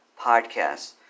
podcasts